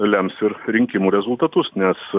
lems ir rinkimų rezultatus nes